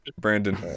Brandon